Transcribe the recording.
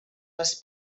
les